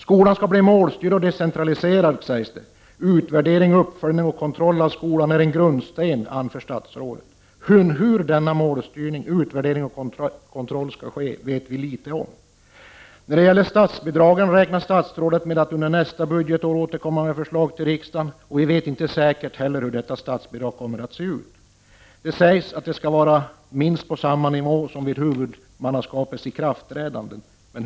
Skolan skall bli målstyrd och decentraliserad, sägs det. Utvärdering, uppföljning och kontroll av skolan är en grundsten, anför statsrådet. Men hur denna målstyrning, utvärdering och kontroll skall ske vet vi litet om. När det gäller statsbidragen räknar statsrådet med att han under nästa budgetår skall återkomma med förslag till riksdagen. Men vi vet inte säkert hur detta statsbidrag kommer att se ut. Det sägs att detta statsbidrag skall ligga på minst samma nivå som vid huvudmannaskapets ikraftträdande.